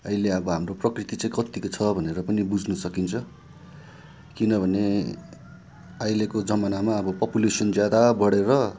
अहिले अब हाम्रो प्रकृति चाहिँ कतिको छ भनेर पनि बुझ्न सकिन्छ किनभने अहिलेको जमानामा अब पपुलेसन ज्यादा बढेर